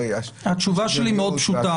הרי --- התשובה שלי מאוד פשוטה,